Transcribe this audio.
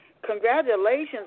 Congratulations